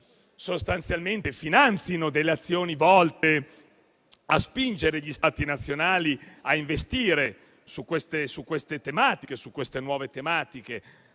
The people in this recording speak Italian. sostanzialmente finanzino delle azioni volte a spingere gli Stati nazionali a investire su queste nuove tematiche.